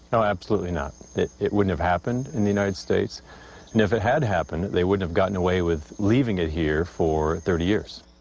oh, absolutely not. it wouldn't have happened in the united states, and if it had happened, they wouldn't have gotten away with leaving it here for thirty years.